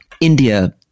India